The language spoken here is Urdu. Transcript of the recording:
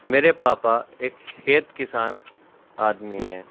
میرے پاپا ایک کھیت کسان آدمی ہیں